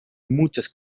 muchas